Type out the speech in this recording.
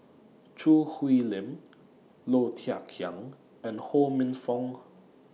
Choo Hwee Lim Low Thia Khiang and Ho Minfong